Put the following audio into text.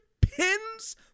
pins